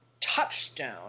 touchstone